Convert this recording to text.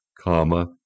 comma